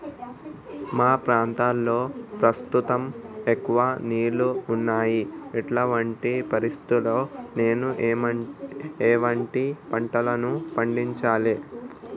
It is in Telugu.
మా ప్రాంతంలో ప్రస్తుతం ఎక్కువ నీళ్లు ఉన్నాయి, ఇటువంటి పరిస్థితిలో నేను ఎటువంటి పంటలను పండించాలే?